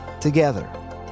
together